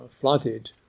flooded